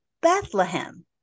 Bethlehem